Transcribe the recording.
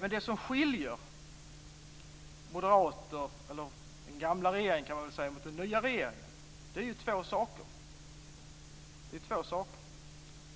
Men det som skiljer den gamla regeringen från den nya regeringen är två saker.